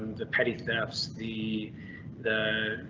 the petty thefts, the the,